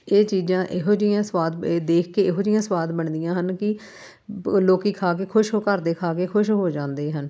ਇਹ ਚੀਜ਼ਾਂ ਇਹੋ ਜਿਹੀਆਂ ਸਵਾਦ ਏ ਦੇਖ ਕੇ ਇਹੋ ਜਿਹੀਆਂ ਸਵਾਦ ਬਣਦੀਆਂ ਹਨ ਕਿ ਲੋਕ ਖਾ ਕੇ ਖੁਸ਼ ਹੋ ਘਰ ਦੇ ਖਾ ਕੇ ਖੁਸ਼ ਹੋ ਜਾਂਦੇ ਹਨ